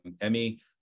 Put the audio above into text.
Emmy